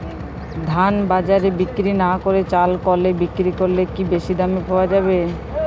ধান বাজারে বিক্রি না করে চাল কলে বিক্রি করলে কি বেশী দাম পাওয়া যাবে?